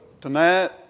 tonight